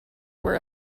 were